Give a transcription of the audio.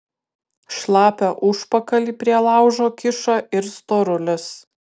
šlapią užpakalį prie laužo kiša ir storulis